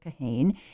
Kahane